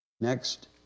Next